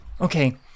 Okay